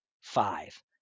five